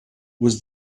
was